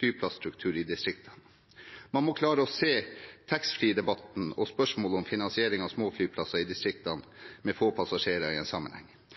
flyplasstruktur i distriktene. Man må klare å se taxfree-debatten og spørsmålet om finansiering av små flyplasser i distriktene med få passasjerer i sammenheng. For å dekke inn inntektstapet i Avinors beregninger står dermed valget mellom en